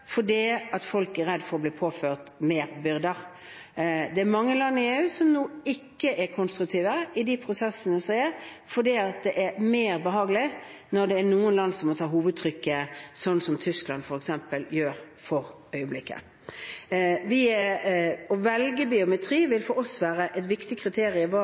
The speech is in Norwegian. fordi folk er redde for å bli påført flere byrder. Det er mange land i EU som nå ikke er konstruktive i de prosessene som er, fordi det er mer behagelig når det er noen land som må ta hovedtrykket, slik som f.eks. Tyskland gjør for øyeblikket. For at vi skal velge biometri, vil et viktig